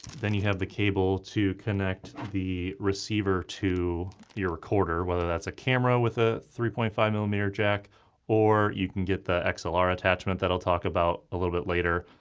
then you have the cable to connect the receiver to your recorder, whether that's a camera with a three point five millimeter jack or you can get the like so ah xlr attachment that i'll talk about a little bit later.